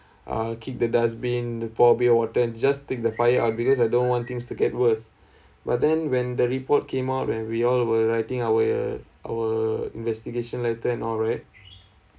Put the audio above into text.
uh kick the dustbin pour a bit of water just take the fire out because I don't want things to get worse but then when the report came out when we all were writing our our investigation later and all right